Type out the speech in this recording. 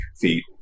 feet